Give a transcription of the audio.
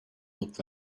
look